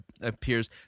appears